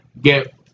get